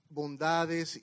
bondades